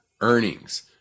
earnings